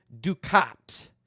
Ducat